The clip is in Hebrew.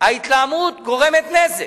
ההתלהמות גורמת נזק.